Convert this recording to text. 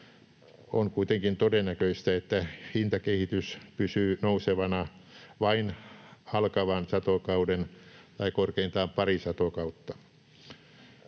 On kuitenkin todennäköistä, että hintakehitys pysyy nousevana vain alkavan satokauden tai korkeintaan pari satokautta.